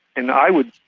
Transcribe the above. and i would.